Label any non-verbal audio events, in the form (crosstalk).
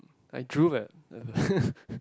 I drool at (laughs)